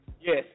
Yes